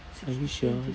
are you sure